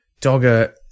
Dogger